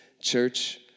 church